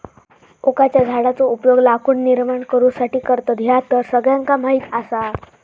ओकाच्या झाडाचो उपयोग लाकूड निर्माण करुसाठी करतत, ह्या तर सगळ्यांका माहीत आसा